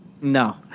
No